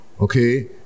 okay